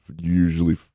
usually